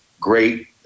Great